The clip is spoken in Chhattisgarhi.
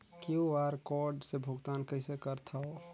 क्यू.आर कोड से भुगतान कइसे करथव?